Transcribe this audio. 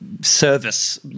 service